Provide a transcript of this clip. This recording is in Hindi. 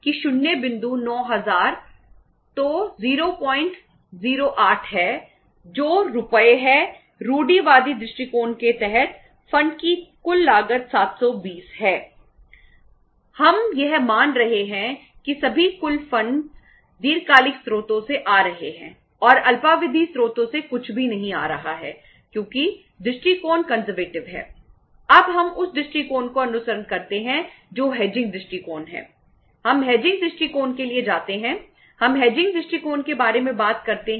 यदि आप देखते हैं कि 008 गुना 9000 जो 720 रुपये है कंजरवेटिव दृष्टिकोण है